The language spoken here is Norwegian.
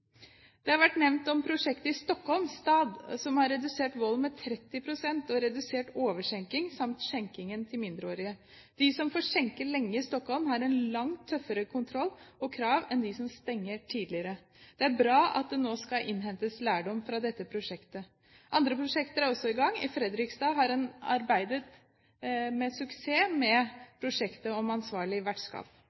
STAD, har vært nevnt. Det har redusert volden med 30 pst., og det har redusert overskjenking samt skjenking til mindreårige. De som får skjenke lenge i Stockholm, har en langt tøffere kontroll og krav enn de som stenger tidligere. Det er bra at det nå skal innhentes lærdom fra dette prosjektet. Andre prosjekter er også i gang. I Fredrikstad har en med suksess arbeidet med prosjektet Ansvarlig Vertskap.